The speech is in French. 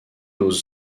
aux